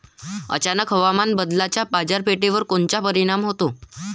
अचानक हवामान बदलाचा बाजारपेठेवर कोनचा परिणाम होतो?